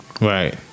Right